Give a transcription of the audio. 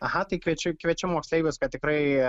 aha tai kviečiu kviečiu moksleivius kad tikrai